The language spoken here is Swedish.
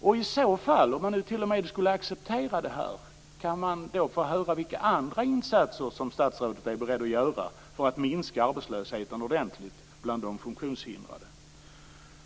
Om t.o.m. det här skulle accepteras, kan man då få höra vilka andra insatser som statsrådet är beredd att göra för att minska arbetslösheten ordentligt bland de funktionshindrade.